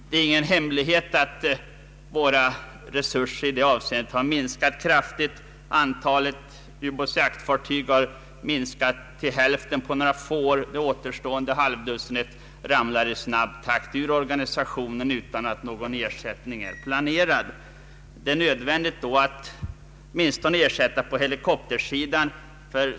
Det är ingen hemlighet att våra resurser i det avseendet har minskat kraftigt. Antalet ubåtsjaktfartyg har minskat till hälften på några få år. Det återstående halvdussinet ramlar i snabb takt ur organisationen utan att någon ersättning är planerad. Det är då nödvändigt att åtminstone ersätta på helikoptersidan.